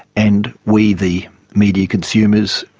and we, the media consumers,